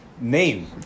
name